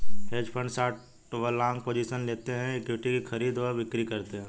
hedge fund short व long positions लेते हैं, इक्विटीज की खरीद व बिक्री करते हैं